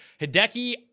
Hideki